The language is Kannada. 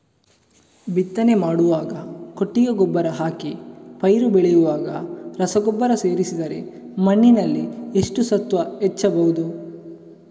ಬಿತ್ತನೆ ಮಾಡುವಾಗ ಕೊಟ್ಟಿಗೆ ಗೊಬ್ಬರ ಹಾಕಿ ಪೈರು ಬೆಳೆಯುವಾಗ ರಸಗೊಬ್ಬರ ಸೇರಿಸಿದರೆ ಮಣ್ಣಿನಲ್ಲಿ ಎಷ್ಟು ಸತ್ವ ಹೆಚ್ಚಬಹುದು?